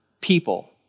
people